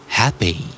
happy